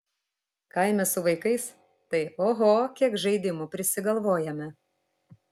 kaime su vaikais tai oho kiek žaidimų prisigalvojame